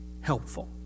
helpful